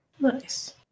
Nice